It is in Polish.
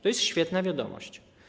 To jest świetna wiadomość.